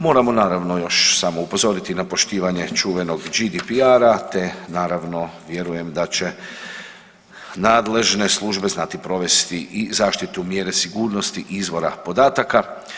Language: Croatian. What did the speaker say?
Moramo naravno samo još upozoriti na poštivanje čuvenog GDPR-a te naravno vjerujem da će nadležne službe znati provesti i zaštitu mjere sigurnosti izvora podataka.